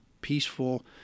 peaceful